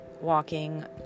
walking